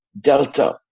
Delta